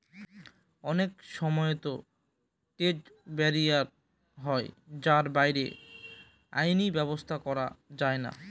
অনেক সময়তো trade barrier হয় যার বাইরে আইনি ব্যাবস্থা করা যায়না